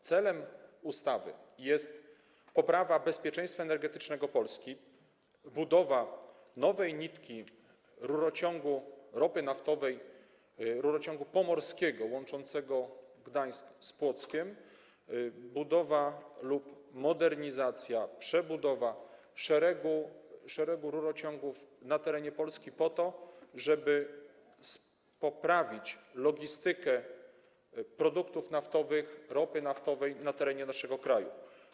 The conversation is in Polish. Celem ustawy jest poprawa bezpieczeństwa energetycznego Polski, budowa nowej nitki rurociągu ropy naftowej, Rurociągu Pomorskiego łączącego Gdańsk z Płockiem, budowa lub modernizacja, przebudowa szeregu rurociągów na terenie Polski po to, żeby poprawić logistykę produktów naftowych, ropy naftowej na terenie naszego kraju.